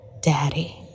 Daddy